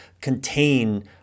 contain